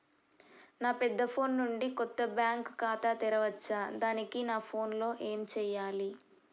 నా పెద్ద ఫోన్ నుండి కొత్త బ్యాంక్ ఖాతా తెరవచ్చా? దానికి నా ఫోన్ లో ఏం చేయాలి?